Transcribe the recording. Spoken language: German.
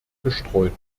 gestreut